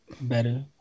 better